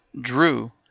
Drew